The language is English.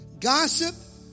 Gossip